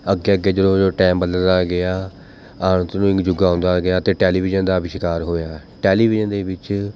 ਅੱਗੇ ਅੱਗੇ ਜਿਉਂ ਜਿਉਂ ਟਾਈਮ ਬਦਲਦਾ ਗਿਆ ਆਧੁਨਿਕ ਯੁੱਗ ਆਉਂਦਾ ਗਿਆ ਅਤੇ ਟੈਲੀਵਿਜ਼ਨ ਦਾ ਅਵਿਸ਼ਕਾਰ ਹੋਇਆ ਟੈਲੀਵਿਜ਼ਨ ਦੇ ਵਿੱਚ